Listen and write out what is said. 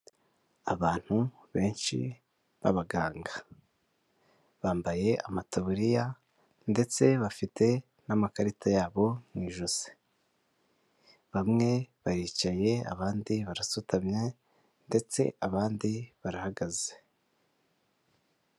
Abantu benshi b'abaganga, bambaye amataburiya ndetse bafite n'amakarita yabo mu ijosi, bamwe baricaye abandi barasutamye ndetse abandi barahagaze.